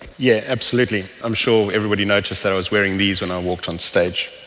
yeah absolutely. i'm sure everybody noticed that i was wearing these when i walked on stage.